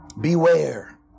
Beware